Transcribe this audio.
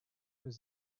was